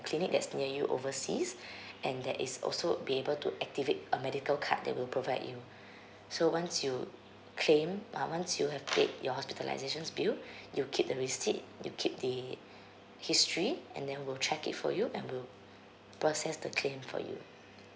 clinic that's near you overseas and that is also be able to activate a medical card that we'll provide you so once you claim uh once you have paid your hospitalizations bill you keep the receipt you keep the history and then we'll check it for you and we'll process the claim for you